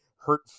hurt